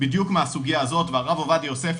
בדיוק מהסוגייה הזאת והרב עובדיה יוסף,